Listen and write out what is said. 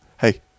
Hey